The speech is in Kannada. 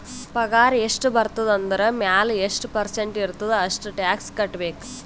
ಪಗಾರ್ ಎಷ್ಟ ಬರ್ತುದ ಅದುರ್ ಮ್ಯಾಲ ಎಷ್ಟ ಪರ್ಸೆಂಟ್ ಇರ್ತುದ್ ಅಷ್ಟ ಟ್ಯಾಕ್ಸ್ ಕಟ್ಬೇಕ್